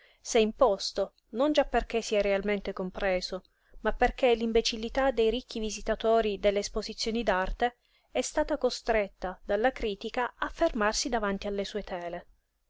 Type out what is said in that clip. s'è imposto non già perché sia realmente compreso ma perché l'imbecillità dei ricchi visitatori delle esposizioni d'arte è stata costretta dalla critica a fermarsi davanti alle sue tele